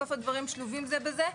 בסוף הדברים שלובים זה בזה.